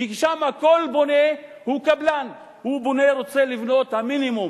כי שם כל בונה הוא קבלן, הוא רוצה לבנות במינימום,